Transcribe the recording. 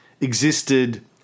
existed